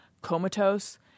comatose